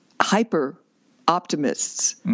hyper-optimists